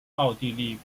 奥地利